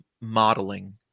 modeling